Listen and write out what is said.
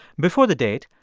before the date,